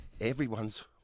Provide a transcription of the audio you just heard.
everyone's